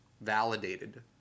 validated